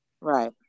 right